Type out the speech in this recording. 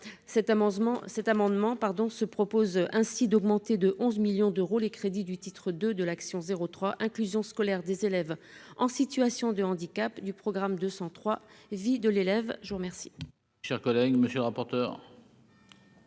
cet amendement pardon se propose ainsi d'augmenter de 11 millions d'euros, les crédits du titre de de l'action 03 inclusion scolaire des élèves en situation de handicap du programme 203 de l'élève, je vous remercie.